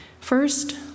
First